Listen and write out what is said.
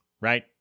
right